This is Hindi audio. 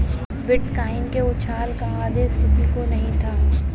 बिटकॉइन के उछाल का अंदेशा किसी को नही था